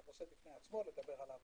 נושא בפני עצמו לדבר עליו